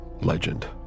legend